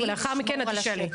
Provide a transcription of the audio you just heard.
ולאחר מכן את תשאלי.